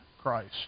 Christ